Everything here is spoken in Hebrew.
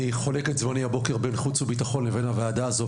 אני חולק את זמני הבוקר בין חוץ וביטחון לבין הוועדה הזו,